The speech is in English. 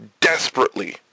desperately